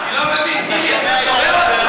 תהיה מרוצה, מה אתה תוהה?